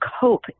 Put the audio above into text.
cope